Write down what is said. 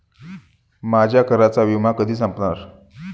माझ्या कारचा विमा कधी संपणार